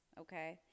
okay